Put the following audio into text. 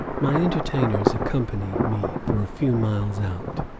my entertainers accompany me for a few miles out.